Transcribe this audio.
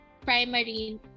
primary